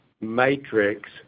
matrix